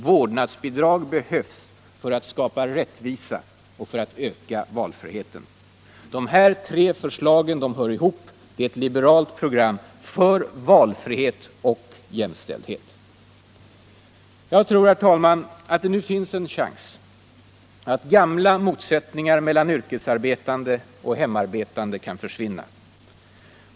Vårdnadsbidrag behövs för att skapa rättvisa och för att öka valfriheten. De här tre förslagen hör ihop. Det är ett liberalt program för valfrihet och jämställdhet. Jag tror att det nu finns en chans att gamla motsättningar mellan yrkesarbetande och hemarbetande kan försvinna.